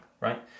right